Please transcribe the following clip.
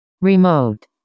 Remote